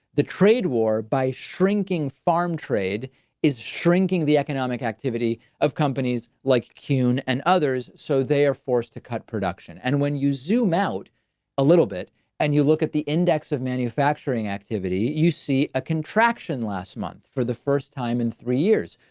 the trade war by shrinking farm trade is shrinking. the economic activity of companies like kune and others, so they are forced to cut production. and when you zoom out a little bit and you look at the index of manufacturing activity, you see a contraction last month for the first time in three years.